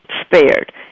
spared